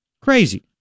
Crazy